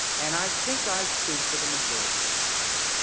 and i think i speak for the majority of us